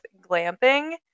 glamping